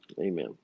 Amen